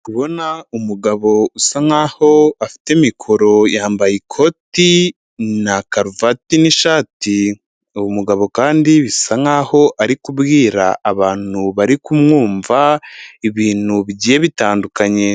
Ndi kubona umugabo usa nk'aho afite mikoro yambaye ikoti na karuvati n'ishati; uwo mugabo kandi bisa nk'aho ari kubwira abantu bari kumwumva, ibintu bigiye bitandukanye.